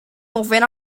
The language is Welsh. ofyn